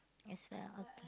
as well okay